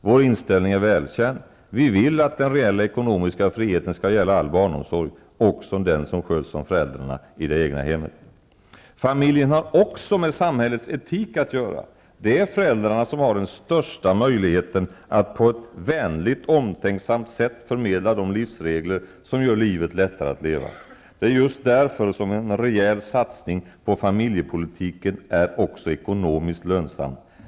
Vår inställning är välkänd: vi vill att den reella ekonomiska friheten skall gälla all barnomsorg, också den som sköts av föräldrarna i det egna hemmet. Familjen har också med samhällets etik att göra. Det är föräldrarna som har den största möjligheten att på ett vänligt, omtänksamt sätt förmedla de livsregler som gör livet lättare att leva. Det är just därför som en rejäl satsning på familjepolitiken är också ekonomiskt lönsam.